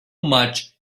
much